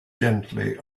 gently